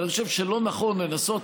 אבל אני חושב שלא נכון לנסות,